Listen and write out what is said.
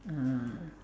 uh